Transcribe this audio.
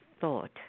thought